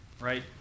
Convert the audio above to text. right